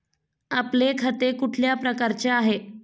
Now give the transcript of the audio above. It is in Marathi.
आपले खाते कुठल्या प्रकारचे आहे?